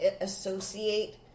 associate